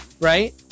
Right